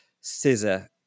scissor